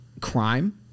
crime